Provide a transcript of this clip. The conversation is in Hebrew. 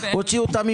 השארנו שתי אפשרויות.